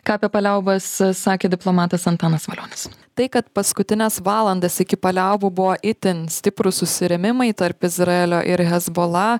ką apie paliaubas sakė diplomatas antanas valionis tai kad paskutines valandas iki paliaubų buvo itin stiprūs susirėmimai tarp izraelio ir hezbola